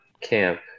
camp